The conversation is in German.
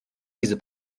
diese